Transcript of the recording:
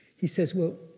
he says, well,